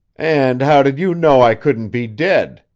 and how did you know i couldn't be dead?